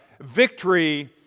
victory